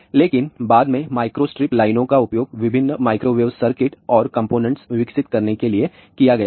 लेकिन बाद में माइक्रोस्ट्रिप लाइनों का उपयोग विभिन्न माइक्रोवेव सर्किट और कंपोनेंट्स विकसित करने के लिए किया गया है